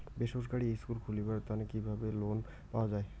বেসরকারি স্কুল খুলিবার তানে কিভাবে লোন পাওয়া যায়?